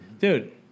Dude